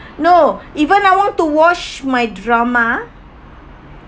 no even I want to watch my drama